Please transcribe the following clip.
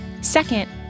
Second